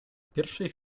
pierwszej